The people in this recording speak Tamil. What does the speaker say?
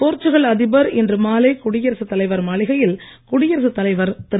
போர்ச்சுகல் அதிபர் இன்று மாலை குடியரசுத் தலைவர் மாளிகையில் குடியரசுத் தலைவர் திரு